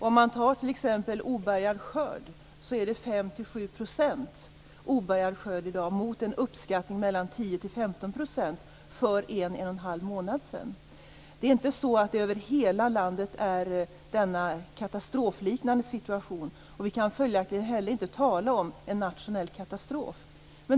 Om man tar t.ex. obärgad skörd är omfattningen i dag bara 5-7 % mot en uppskattning på 10-15 % för 1-1 1⁄2 månad sedan. Det är inte en katastrofliknande situation över hela landet.